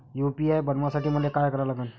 UPI बनवासाठी मले काय करा लागन?